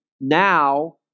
now